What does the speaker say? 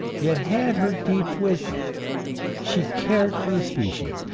yet had her deep wisdom she cared for the species,